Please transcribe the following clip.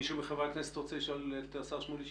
מישהו מחברי הכנסת רוצה לשאול את השר שמולי שאלה?